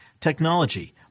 technology